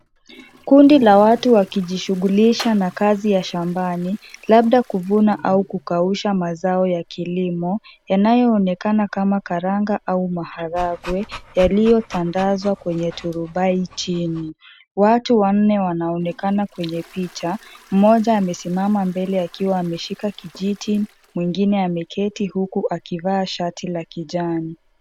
Kundi la watu wakijishughulisha na kazi ya shambani, labda kuvuna au kukausha mazao ya kilimo yanayoonekana kama karanga au maharagwe yaliyotandazwa kwenye turubai chini. Watu wanne wanaonekana kwenye picha, mmoja amesimama mbele akiwa ameshika kijiti mwingine ameketi huku akivaa shati la kijani.